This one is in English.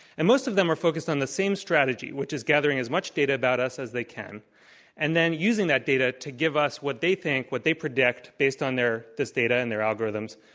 and most of them are focused on the same strategy which is gathering as much data about us as they can and then using that data to give us what they think, what they predict, based on their this data and their algorithms,